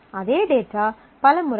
அதே டேட்டா பல முறை உள்ளது